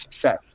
success